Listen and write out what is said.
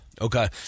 Okay